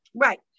Right